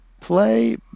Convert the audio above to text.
play